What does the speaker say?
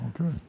okay